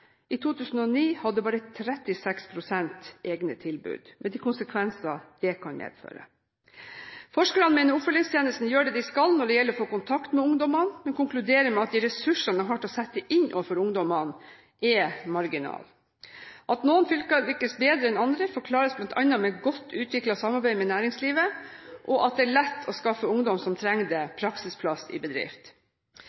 I 2009 hadde bare 36 pst. egne tilbud, med de konsekvenser det kan få. Forskerne mener oppfølgingstjenesten gjør det de skal når det gjelder å få kontakt med ungdommene, men konkluderer med at de ressursene de har til å sette inn overfor ungdommene, er marginale. At noen fylker lykkes bedre enn andre, forklares bl.a. med godt utviklet samarbeid med næringslivet og at det er lett å skaffe ungdom som trenger det,